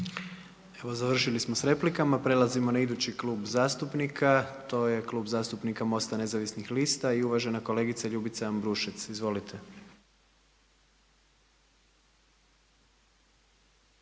Evo završili smo sa replikama. Prelazimo na idući Klub zastupnika MOST-a Nezavisnih lista i uvažena kolegica Ljubica Ambrušec. Izvolite.